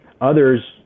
others